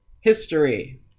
History